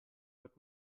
wird